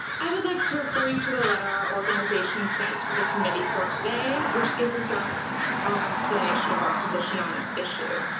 i would like to refer you to the letter organization sent to the committee for today, which gives us our our explanation of our position on this issue.